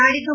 ನಾಡಿದ್ದು